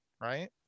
right